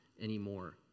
anymore